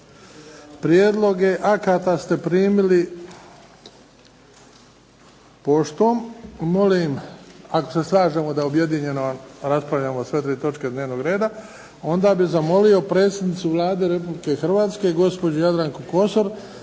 Prijedloge akata ste primili poštom. Molim, ako se slažemo da objedinjeno raspravljamo sve 3 točke dnevnog reda, onda bi zamolio predsjednicu Vlade RH, gospođu Jadranku Kosor